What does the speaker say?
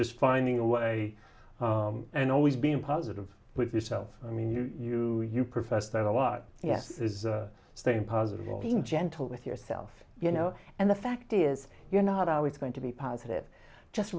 just finding a way and always being positive with yourself i mean you you profess that a lot yes is staying positive and being gentle with yourself you know and the fact is you're not always going to be positive just